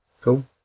Cool